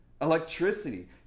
Electricity